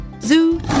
Zoo